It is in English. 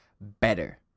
better